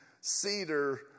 cedar